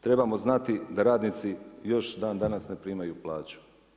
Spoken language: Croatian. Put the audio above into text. Trebamo znati da radnici još dan danas ne primaju plaću.